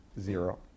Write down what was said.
zero